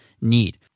need